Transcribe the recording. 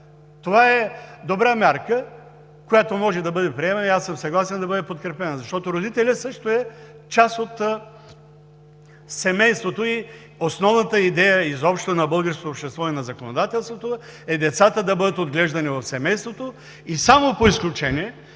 Това е добра мярка, която може да бъде приета, и аз съм съгласен да бъде подкрепена, защото родителят също е част от семейството и основната идея изобщо на българското общество и на законодателството е децата да бъдат отглеждани в семейството и само по изключение,